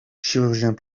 chirurgiens